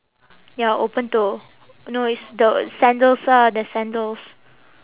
ya open toe no it's the sandals ah the sandals